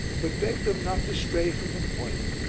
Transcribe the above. but begged them not to stray from the point,